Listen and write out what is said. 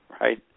right